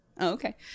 okay